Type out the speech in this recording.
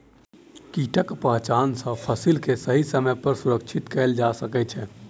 कीटक पहचान सॅ फसिल के सही समय पर सुरक्षित कयल जा सकै छै